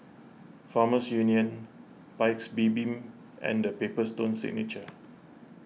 Farmers Union Paik's Bibim and the Paper Stone Signature